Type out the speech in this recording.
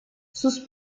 sus